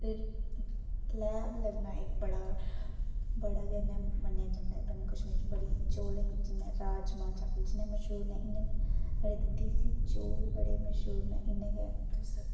ते लैब लगना इक बड़ा बड़ा गै में मन्नेआ जंदा ऐ जम्मू कश्मीर च बड़ी चौलें दी कन्नै राजमांह् चौल जि'यां मशहूर न साढ़े इद्धर देसी चौल बड़े मशहूर न इ'यां गै तुस